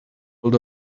hold